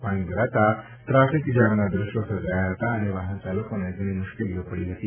પાણી ભરાંતા ટ્રાફિક જામના દેશ્યો સર્જાયા હતા અને વાહનચાલકોને ઘણી મુશ્કેલીઓ પડી હતી